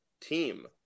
team